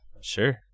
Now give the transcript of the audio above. Sure